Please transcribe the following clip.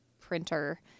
printer